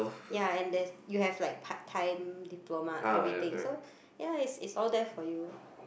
ya and there's you have like part time diploma everything so ya it's it's all there for you